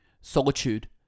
Solitude